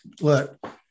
Look